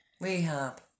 rehab